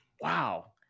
wow